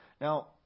Now